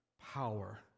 power